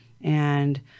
And-